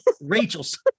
Rachel's